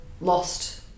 lost